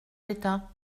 d’état